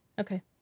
Okay